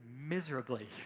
miserably